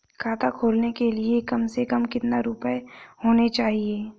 खाता खोलने के लिए कम से कम कितना रूपए होने चाहिए?